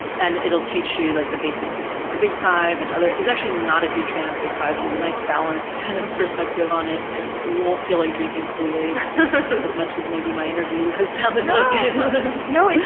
and it'll teach you like the basics of like the big five and other, he's actually not a huge fan of the big five, so it's a nice, balanced kind of perspective on it. it won't feel like drinking kool-aid as much as, maybe, my interview has sounded ah you know like.